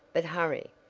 but hurry,